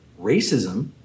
racism